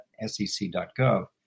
sec.gov